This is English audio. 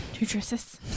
nutritious